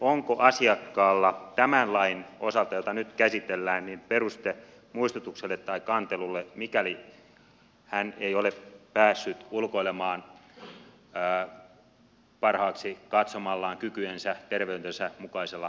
onko asiakkaalla tämän lain osalta jota nyt käsitellään peruste muistutukselle tai kantelulle mikäli hän ei ole päässyt ulkoilemaan parhaaksi katsomallaan kykyjensä ja terveytensä mukaisella tavalla